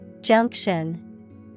Junction